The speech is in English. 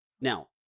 Now